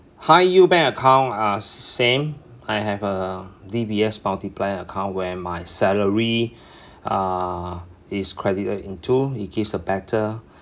high yield bank account uh same I have a D_B_S multiplier account where my salary uh is credited into it gives a better